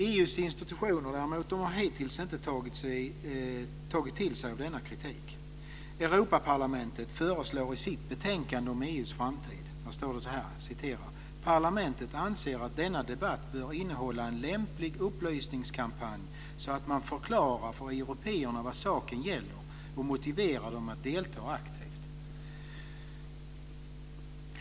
EU:s institutioner har hittills inte tagit till sig kritiken. Europaparlamentet framför i sitt betänkande om EU:s framtid följande: "Parlamentet anser att denna debatt bör innehålla en lämplig upplysningskampanj så att man förklarar för européerna vad saken gäller och motiverar dem att delta aktivt."